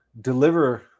deliver